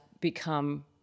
become